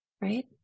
right